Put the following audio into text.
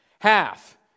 Half